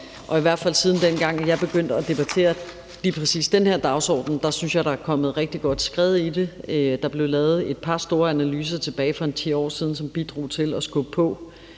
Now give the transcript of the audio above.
Og i hvert fald siden jeg begyndte at debattere lige præcis den her dagsorden, synes jeg der er kommet rigtig godt skred i det. Der blev lavet et par store analyser tilbage for ca. 10 år siden, som bidrog til at skubbe på